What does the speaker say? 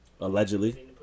allegedly